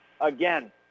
Again